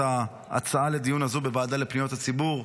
ההצעה לדיון הזו לוועדה לפניות הציבור,